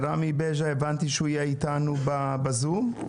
הבנתי שרמי בג'ה יהיה איתנו בזום.